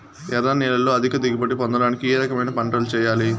ఎర్ర నేలలో అధిక దిగుబడి పొందడానికి ఏ రకమైన పంటలు చేయాలి?